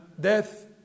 Death